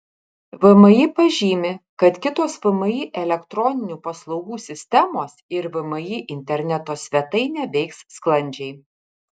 vmi pažymi kad kitos vmi elektroninių paslaugų sistemos ir vmi interneto svetainė veiks sklandžiai